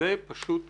זה פשוט נורא.